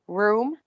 room